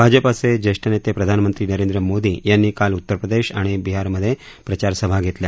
भाजपाचे ज्येष्ठ नेते प्रधानमंत्री नरेंद्र मोदी यांनी काल उत्तरप्रदेश आणि बिहारमधे प्रचारसभा घेतल्या